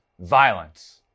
violence